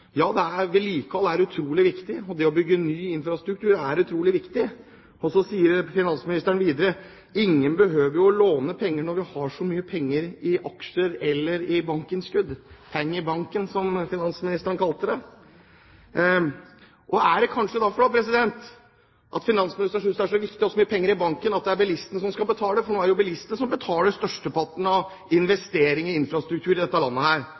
Vedlikehold er utrolig viktig, og det å bygge ny infrastruktur er utrolig viktig. Så sier finansministeren videre: Ingen behøver jo å låne penger når vi har så mye penger i aksjer eller i bankinnskudd, «penger i banken», som finansministeren kalte det. Det er kanskje fordi finansministeren synes det er så viktig å ha så mye penger i banken at det er bilistene som skal betale, for nå er det jo bilistene som betaler størsteparten av investeringene i infrastruktur i dette landet.